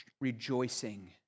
rejoicing